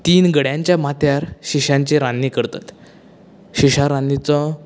तीन गड्यांच्या माथ्यार शिश्यांची रान्नीं करतात शिश्यां रान्नींचो